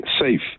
safe